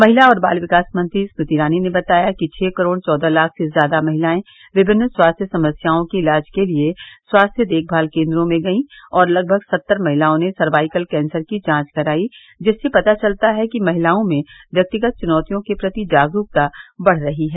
महिला और बाल विकास मंत्री स्मृति ईरानी ने बताया कि छह करोड़ चौदह लाख से ज्यादा महिलाएं विभिन्न स्वास्थ्य समस्याओं के ईलाज के लिए स्वास्थ्य देखभाल केन्द्रों में गई और लगभग सत्तर महिलाओं ने सर्वाइकल कैंसर की जांच कराई जिससे पता चलता है कि महिलाओ में व्यक्गित चुनौतियों के प्रति जागरूकता बढ़ रही है